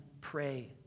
pray